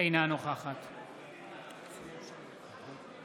אינה נוכחת המזכיר יקרא בשמות